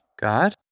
God